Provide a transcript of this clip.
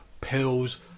pills